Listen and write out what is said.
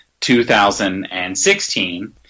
2016